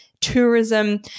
tourism